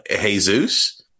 Jesus